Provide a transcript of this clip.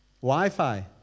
Wi-Fi